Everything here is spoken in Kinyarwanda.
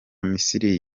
misiri